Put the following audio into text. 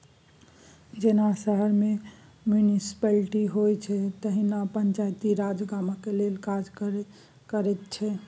जेना शहर मे म्युनिसप्लिटी होइ छै तहिना पंचायती राज गामक लेल काज करैत छै